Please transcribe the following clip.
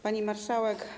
Pani Marszałek!